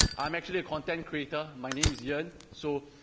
i'm actually a content creator, my name's yurt, so,